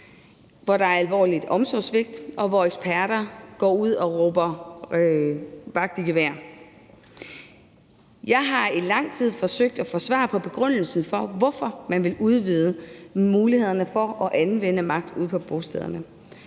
hvor der er alvorlige omsorgssvigt, og hvor eksperter går ud og råber vagt i gevær. Jeg har i lang tid forsøgt at få svar på begrundelsen for, hvorfor man vil udvide mulighederne for at anvende magt ude på bostederne,